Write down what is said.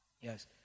Yes